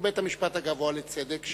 שהוא בית-המשפט הגבוה לצדק.